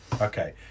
Okay